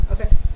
Okay